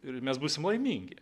ir mes būsim laimingi